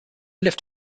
lived